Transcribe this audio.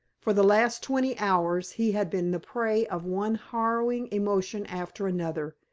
for the last twenty hours he had been the prey of one harrowing emotion after another,